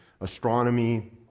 astronomy